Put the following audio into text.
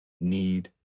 need